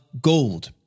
gold